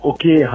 Okay